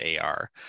AR